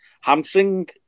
hamstring